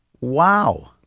Wow